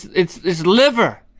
it's liver!